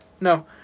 No